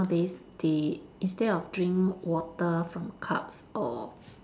nowadays they instead of drink water from cups or